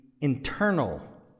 internal